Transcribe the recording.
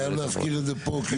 אתה חייב להזכיר את זה פה?